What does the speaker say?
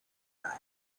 right